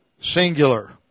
singular